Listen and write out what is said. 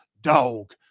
dog